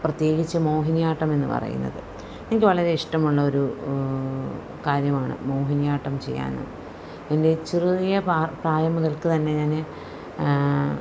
പ്രത്യേകിച്ച് മോഹിനിയാട്ടം എന്നു പറയുന്നത് എനിക്ക് വളരെ ഇഷ്ടമുള്ള ഒരു കാര്യമാണ് മോഹിനിയാട്ടം ചെയ്യാൻ എൻ്റെ ചെറിയ പ്രായം മുതൽക്ക് തന്നെ ഞാൻ